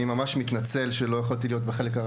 אני ממש מתנצל שלא הייתי בדיון מתחילתו,